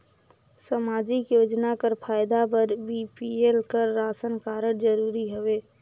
समाजिक योजना कर फायदा बर बी.पी.एल कर राशन कारड जरूरी हवे?